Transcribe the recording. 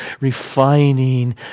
refining